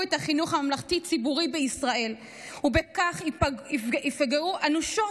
החינוך הממלכתי-ציבורי בישראל ובכך יפגעו אנושות